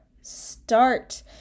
Start